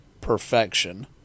perfection